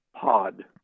pod